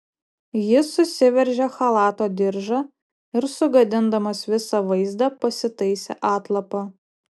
jis susiveržė chalato diržą ir sugadindamas visą vaizdą pasitaisė atlapą